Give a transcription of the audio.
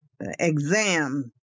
exam